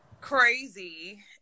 crazy